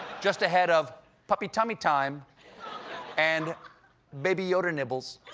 just ahead of puppy tummy time and baby yoda nibbles.